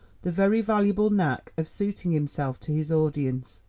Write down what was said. the very valuable knack of suiting himself to his audience.